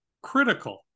critical